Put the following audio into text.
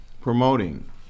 Promoting